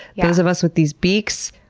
yeah those of us with these beaks.